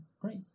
great